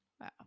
Wow